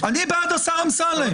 מי בעד השר אמסלם, ירים את ידו.